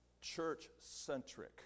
Church-centric